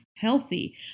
Healthy